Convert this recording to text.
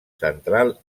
central